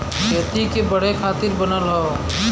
खेती के बढ़े खातिर बनल हौ